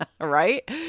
right